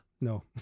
No